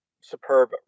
superb